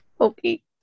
Okay